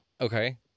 Okay